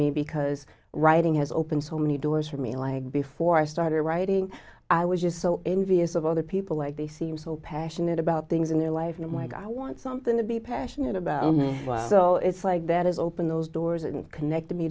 me because writing has opened so many doors for me like before i started writing i was just so envious of other people like they seem so passionate about things in their life and like i want something to be passionate about so it's like that is open those doors and connect me